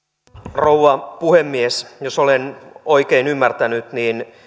rouva puhemies jos olen oikein ymmärtänyt niin